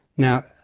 now,